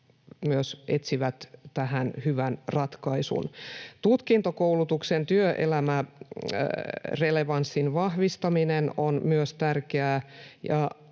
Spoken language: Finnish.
myös etsivät tähän hyvän ratkaisun. Myös tutkintokoulutuksen työelämärelevanssin vahvistaminen on tärkeää.